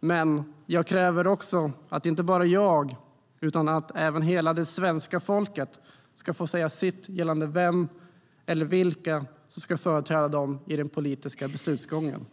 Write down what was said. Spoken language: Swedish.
Men jag kräver också att inte bara jag utan hela det svenska folket ska få säga sitt gällande vem eller vilka som ska företräda dem i den politiska beslutsgången.